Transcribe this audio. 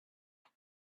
but